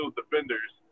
defenders